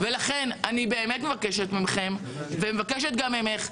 ולכן אני באמת מבקשת מכם ומבקשת גם ממך,